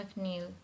McNeil